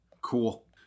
Cool